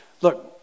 Look